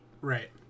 Right